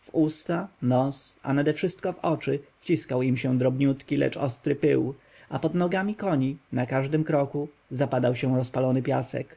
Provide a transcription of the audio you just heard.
w usta nos a nadewszystko w oczy wciskał się im drobniutki lecz ostry pył a pod nogami koni na każdym kroku zapadał się rozpalony piasek